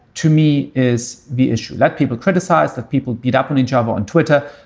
to me, is the issue that people criticize, that people beat up on each other on twitter.